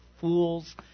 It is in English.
fools